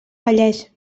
vallès